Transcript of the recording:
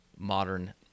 Modern